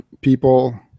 people